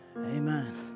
Amen